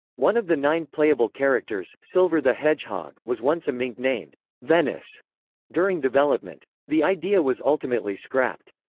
one of the nine playable characters, silver the hedgehog, was once a mink named venice during development. the idea was ultimately scrapped.